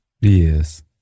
yes